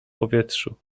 powietrzu